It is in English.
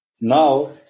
Now